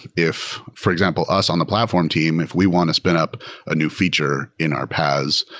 if, for example, us on the platform team, if we want to spin up a new feature in our paas,